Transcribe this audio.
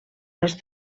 les